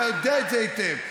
אתה יודע את זה היטב.